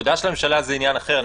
תפקודה של הממשלה זה עניין אחר.